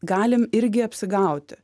galim irgi apsigauti